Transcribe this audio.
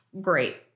great